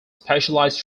specialized